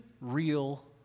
real